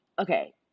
okay